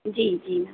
जी जी मैम